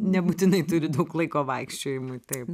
nebūtinai turi daug laiko vaikščiojimui taip